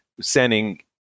sending